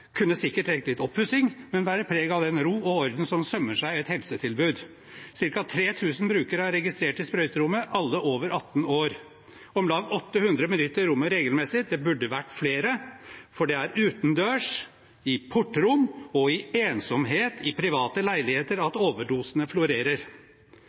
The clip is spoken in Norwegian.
kunne sikkert trengt litt oppussing, men bærer preg av den ro og orden som sømmer seg for et helsetilbud. Cirka 3 000 brukere er registrert i sprøyterommet, alle over 18 år. Om lag 800 personer benytter rommet regelmessig. Det burde vært flere, for det er utendørs, i portrom og i ensomhet i private leiligheter